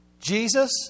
Jesus